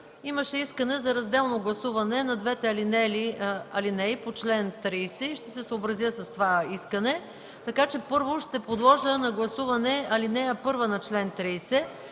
Имаше искане за разделно гласуване на двете алинеи по чл. 30. Ще се съобразя с това искане. Така че първо ще подложа на гласуване ал. 1 на чл. 30,